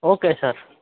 okay sir